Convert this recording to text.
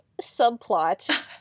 subplot